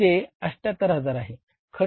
ते 78000 आहे